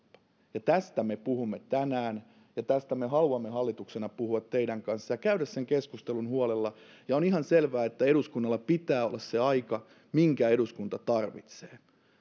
ja tästä me puhumme tänään tästä me haluamme hallituksena puhua teidän kanssanne ja käydä sen keskustelun huolella ja on ihan selvää että eduskunnalla pitää olla se aika minkä eduskunta tarvitsee